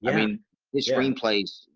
i mean his screenplays,